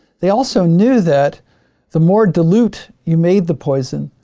they also knew that the more dilute you made the poison,